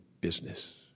business